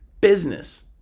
business